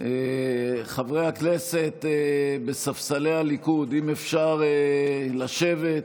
חברי הכנסת בספסלי הליכוד, אם אפשר לשבת.